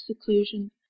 seclusion